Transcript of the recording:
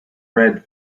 red